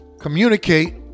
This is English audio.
communicate